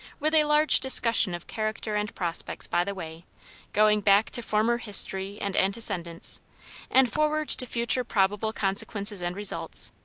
with a large discussion of character and prospects by the way going back to former history and antecedents, and forward to future probable consequences and results.